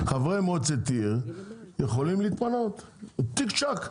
חברי מועצת עיר יכולים להתמנות צ'יק צ'ק,